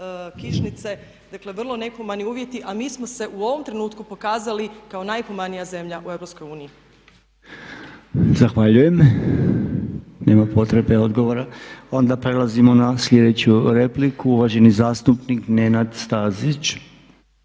kišnice. Dakle, vrlo nehumani uvjeti. A mi smo se u ovom trenutku pokazali kao najhumanija zemlja u EU. **Podolnjak, Robert (MOST)** Zahvaljujem. Nema potrebe odgovora. Onda prelazimo na sljedeću repliku, uvaženi zastupnik Nenad Stazić.